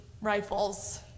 rifles